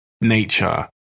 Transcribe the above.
nature